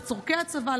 לצורכי הצבא,